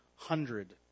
Hundred